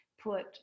put